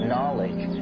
Knowledge